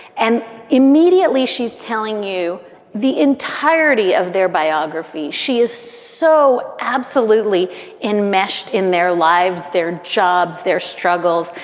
and immediately she's telling you the entirety of their biography. she is so absolutely enmeshed in their lives, their jobs, their struggles.